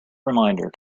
reminder